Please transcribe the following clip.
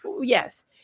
Yes